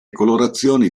colorazioni